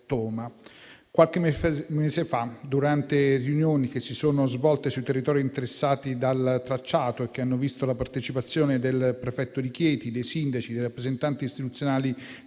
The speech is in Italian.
Toma. Qualche mese fa, durante riunioni che si sono svolte nei territori interessati dal tracciato e che hanno visto la partecipazione del prefetto di Chieti, dei sindaci, dei rappresentanti istituzionali